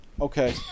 okay